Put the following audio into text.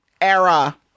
era